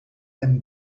and